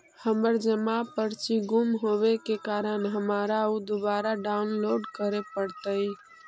हमर जमा पर्ची गुम होवे के कारण हमारा ऊ दुबारा डाउनलोड करे पड़तई